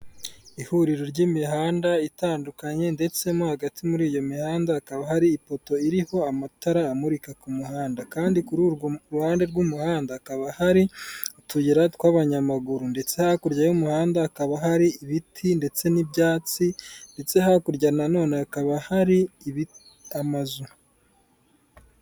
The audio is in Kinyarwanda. Ihuriro ry'imihanda itandukanye, ndetse mo hagati muri iyo mihanda hakaba hari ipoto iriho amatara amurika ku muhanda, kandi kuri urwo ruhande rw'umuhanda hakaba hari utuyira tw'abanyamaguru, ndetse hakurya y'umuhanda hakaba hari ibiti ndetse n'ibyatsi, ndetse hakurya nanone hakaba hari amazu.